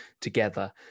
together